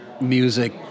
music